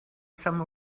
some